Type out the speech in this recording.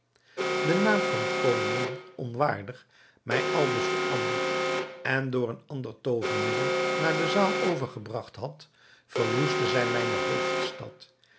den naam van koningin onwaardig mij aldus veranderd en door een ander toovermiddel naar de zaal overgebragt had verwoestte zij mijne hoofdstad